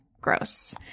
gross